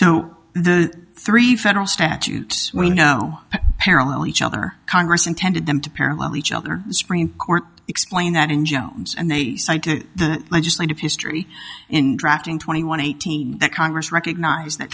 so the three federal statute were no parallel each other congress intended them to parallel each other supreme court explain that in jones and they cited the legislative history in drafting twenty one eighteen the congress recognizes that